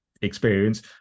experience